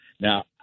Now